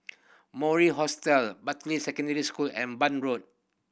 Mori Hostel Bartley Secondary School and Bun Road